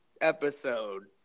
episode